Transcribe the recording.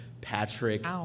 Patrick